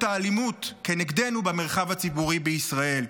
האלימות כנגדנו במרחב הציבורי בישראל,